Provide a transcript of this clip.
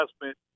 investment